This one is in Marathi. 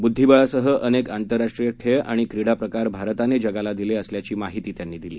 बुद्वीबळासह अनेक आंतरराष्ट्रीय खेळ आणि क्रीडा प्रकार भारताने जगाला दिले असल्याची माहिती त्यांनी दिली